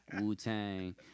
Wu-Tang